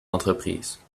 entreprise